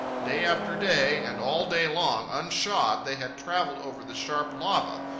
day after day, and all day long, unshod, they had travelled over the sharp lava,